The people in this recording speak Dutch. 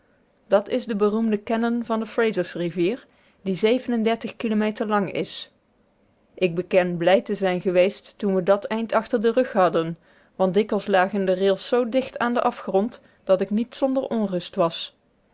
dat is de beroemde cannon van de frasersrivier die kilometer lang is ik beken blij te zijn geweest toen we dat eind achter den rug hadden want dikwijls lagen de rails zoo dicht aan den afgrond dat ik niet zonder onrust was